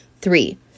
Three